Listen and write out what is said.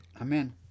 Amen